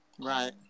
Right